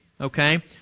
okay